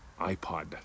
iPod